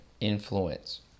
Influence